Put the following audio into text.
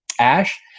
Ash